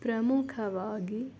ಪ್ರಮುಖವಾಗಿ